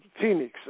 Phoenix